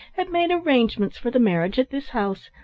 had made arrangements for the marriage at this house.